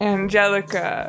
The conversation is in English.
Angelica